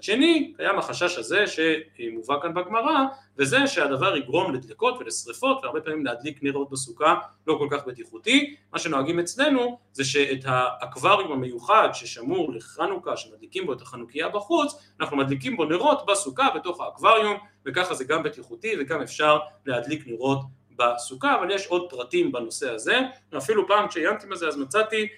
‫השני, קיים החשש הזה ‫שמובא כאן בגמרא, ‫וזה שהדבר יגרום לדלקות ולשריפות, ‫והרבה פעמים להדליק נרות בסוכה ‫לא כל כך בטיחותי. ‫מה שנוהגים אצלנו ‫זה שאת האקווריום המיוחד ‫ששמור לחנוכה, ‫שמדליקים בו את החנוכיה בחוץ, ‫אנחנו מדליקים בו נרות בסוכה ‫בתוך האקווריום, ‫וככה זה גם בטיחותי ‫וגם אפשר להדליק נרות בסוכה, ‫אבל יש עוד פרטים בנושא הזה. ‫אפילו פעם כשעיינתי מזה, ‫אז מצאתי